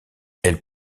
elle